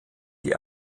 die